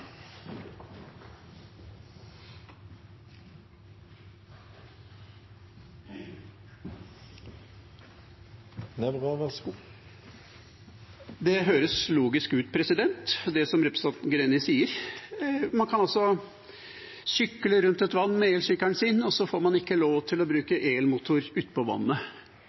høres logisk ut – man kan altså sykle rundt et vann med elsykkelen sin, og så får man ikke lov til å bruke elmotor utpå vannet.